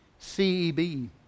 CEB